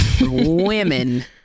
Women